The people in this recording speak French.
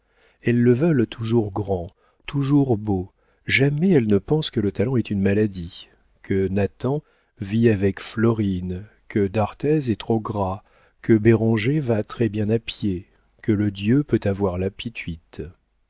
elles le veulent toujours grand toujours beau jamais elles ne pensent que le talent est une maladie que nathan vit avec florine que d'arthez est trop gras que béranger va très bien à pied que le dieu peut avoir